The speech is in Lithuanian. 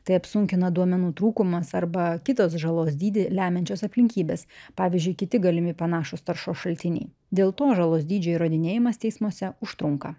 tai apsunkina duomenų trūkumas arba kitos žalos dydį lemiančios aplinkybės pavyzdžiui kiti galimi panašūs taršos šaltiniai dėl to žalos dydžio įrodinėjimas teismuose užtrunka